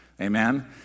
Amen